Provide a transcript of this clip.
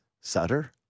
Sutter